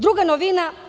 Druga novina.